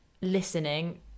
listening